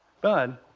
Bud